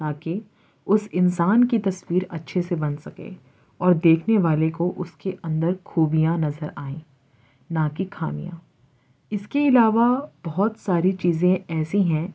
تاکہ اس انسان کی تصویر اچھے بن سکے اور دیکھنے والے کو اس کے اندر خوبیاں نظر آئے نہ کہ خامیاں اس کے علاوہ بہت ساری چیزیں ایسی ہیں